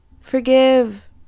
Forgive